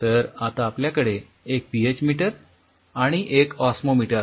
तर आता आपल्याकडे एक पीएच मीटर आणि एक ओस्मोमीटर आहे